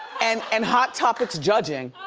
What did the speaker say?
and and hot topics judging.